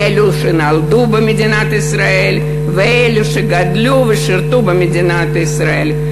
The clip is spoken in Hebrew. לאלה שנולדו במדינת ישראל ואלה שגדלו ושירתו במדינת ישראל.